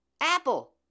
Apple